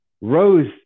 Rose